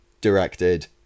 directed